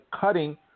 cutting